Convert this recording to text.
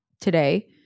today